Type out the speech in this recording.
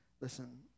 Listen